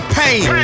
pain